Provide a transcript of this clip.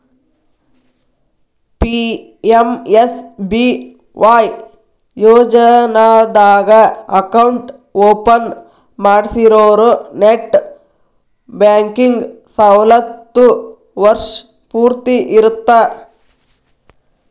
PMSBY ಯೋಜನಾದಾಗ account open ಮಾಡ್ಸಿರೋರು net banking ಸವಲತ್ತು ವರ್ಷ್ ಪೂರ್ತಿ ಇರತ್ತ